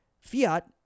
Fiat